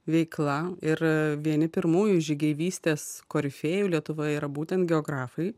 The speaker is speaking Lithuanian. veikla ir vieni pirmųjų žygeivystės korifėjų lietuvoje yra būtent geografai